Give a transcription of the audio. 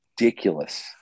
ridiculous